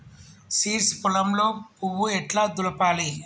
Seeds పొలంలో పువ్వు ఎట్లా దులపాలి?